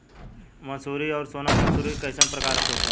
मंसूरी और सोनम मंसूरी कैसन प्रकार होखे ला?